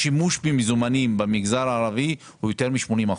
השימוש במזומנים במגזר הערבית הוא יותר מ-80%.